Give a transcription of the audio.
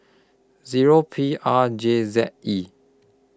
Zero P R J Z E